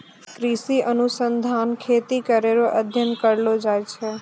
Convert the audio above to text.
कृषि अनुसंधान खेती करै रो अध्ययन करलो जाय छै